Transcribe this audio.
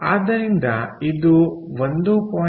ಆದ್ದರಿಂದ ಇದು 1